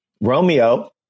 Romeo